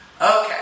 Okay